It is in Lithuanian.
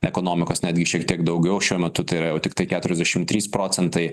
ekonomikos netgi šiek tiek daugiau šiuo metu tai yra jau tiktai keturiasdešim trys procentai